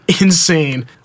insane